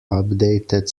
updated